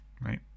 Right